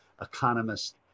economist